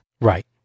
Right